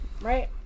right